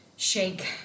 shake